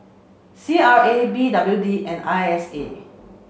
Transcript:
C R A B W D and I S A